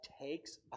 takes